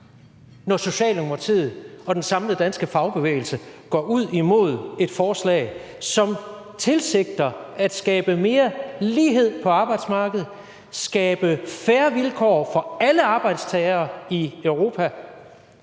når Socialdemokratiet og den samlede danske fagbevægelse går ud imod et forslag, som tilsigter at skabe mere lighed på arbejdsmarkedet, skabe fair vilkår for alle arbejdstagere i Europa